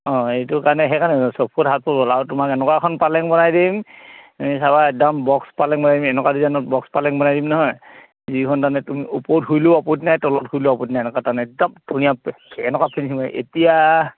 অঁ এইটো কাৰণে সেইকাৰণে ছফুট সাতফুট ওলাও তোমাক এনেকুৱা এখন পালেং বনাই দিম তুমি চাবা একদম বক্স পালেং বনাই দিম এনেকুৱা ডিজাইনত বক্স পালেং বনাই দিম নহয় যিখন তাৰমানে তুমি ওপৰত শুলেও আপত্তি নাই তলত শুলেও আপত্তি নাই এনেকুৱা তাৰমানে একদম ধুনীয়া এনেকুৱা ফিনিচিং মাৰিম এতিয়া